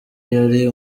yari